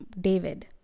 David